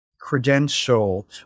credential